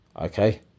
Okay